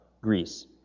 Greece